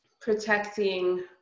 protecting